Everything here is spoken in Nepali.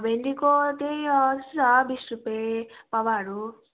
भेन्डीको त्यही हो त्यस्तै छ बिस रुपियाँ पावाहरू